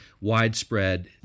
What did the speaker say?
widespread